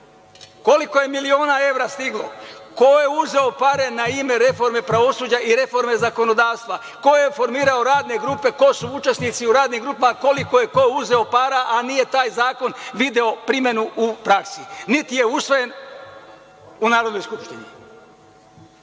Koliko je miliona evra stiglo? Ko je uzeo pare na ime reforme pravosuđa i reforme zakonodavstva? Ko je formirao radne grupe, ko su učesnici u radnim grupama? Koliko je ko uzeo para, a nije taj zakon video primenu u praksi, niti je usvojen u Narodnoj skupštini?